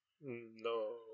No